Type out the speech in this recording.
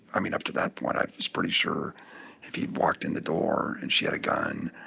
i mean, up to that point, i was pretty sure if he'd walked in the door and she had a gun,